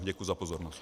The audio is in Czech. Děkuji za pozornost.